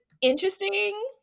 interesting